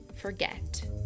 forget